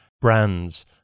brands